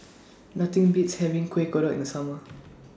Nothing Beats having Kueh Kodok in Summer